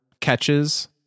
catches